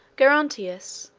gerontius,